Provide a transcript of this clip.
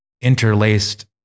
interlaced